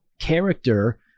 character